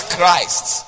Christ